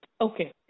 Okay